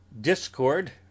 discord